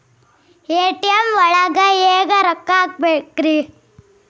ATM ಒಳಗ್ ರೊಕ್ಕ ಹೆಂಗ್ ಹ್ಹಾಕ್ಬೇಕ್ರಿ?